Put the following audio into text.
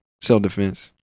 self-defense